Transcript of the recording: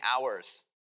hours